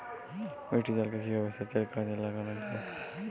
বৃষ্টির জলকে কিভাবে সেচের কাজে লাগানো য়ায়?